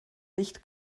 licht